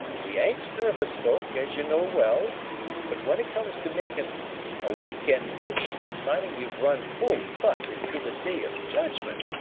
we ain't nervous folk, as you know well but when it comes to makin' a week-end visit and finding you've run full butt into the day of judgment,